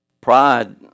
Pride